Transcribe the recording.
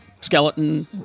skeleton